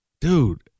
dude